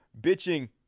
bitching